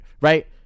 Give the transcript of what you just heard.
right